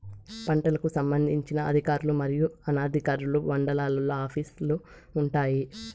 పంటలకు సంబంధించిన అధికారులు మరియు అనధికారులు మండలాల్లో ఆఫీస్ లు వుంటాయి?